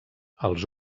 els